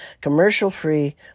commercial-free